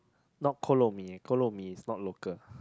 not Kolo-Mee Kolo-Mee is not local